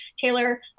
Taylor